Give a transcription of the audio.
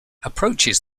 approaches